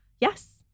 Yes